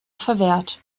verwehrt